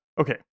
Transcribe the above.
okay